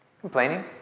Complaining